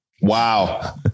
Wow